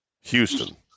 Houston